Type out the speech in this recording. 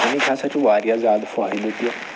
ییٚتہِ ہَسا چھُ واریاہ زیادٕ فٲیدٕ تہِ